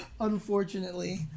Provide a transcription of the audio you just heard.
unfortunately